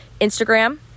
Instagram